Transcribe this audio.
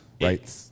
right